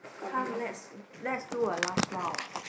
come let's let's do a last round